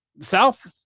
South